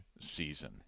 season